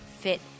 fit